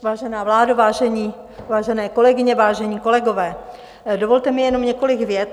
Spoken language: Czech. Vážená vládo, vážené kolegyně, vážení kolegové, dovolte mi jenom několik vět.